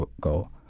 go